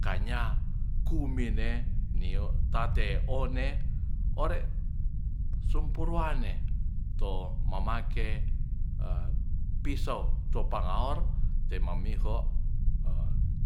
Kanya kume'ne nio tate one ore sumpurwane to mamake pisau to pangaor to mamiho